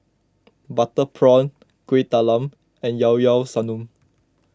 Butter Prawn Kuih Talam and Liao Liao Sanum